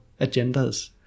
agendas